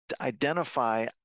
identify